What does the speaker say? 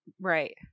Right